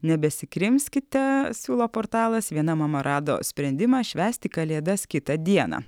nebesikrimskite siūlo portalas viena mama rado sprendimą švęsti kalėdas kitą dieną